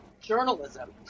journalism